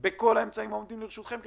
בכל האמצעים העומדים לרשות משרד האוצר ומשרד